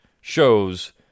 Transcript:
shows